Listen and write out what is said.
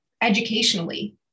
educationally